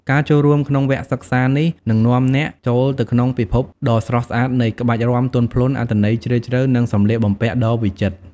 ការចូលរួមក្នុងវគ្គសិក្សានេះ នឹងនាំអ្នកចូលទៅក្នុងពិភពដ៏ស្រស់ស្អាតនៃ ក្បាច់រាំទន់ភ្លន់ អត្ថន័យជ្រាលជ្រៅ និងសម្លៀកបំពាក់ដ៏វិចិត្រ។